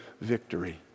victory